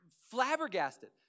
flabbergasted